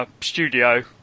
Studio